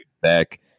back